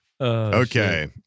Okay